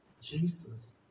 Jesus